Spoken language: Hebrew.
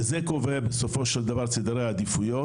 וזה קובע בסופו של דבר את סדרי העדיפויות,